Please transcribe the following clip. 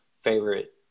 favorite